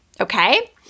okay